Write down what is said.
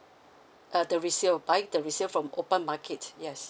uh the resale buying the resale from open market yes